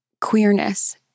queerness